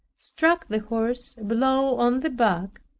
struck the horse a blow on the back,